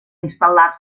instal·lar